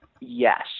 yes